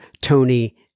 Tony